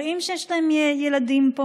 מראים שיש להם ילדים פה,